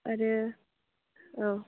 आरो औ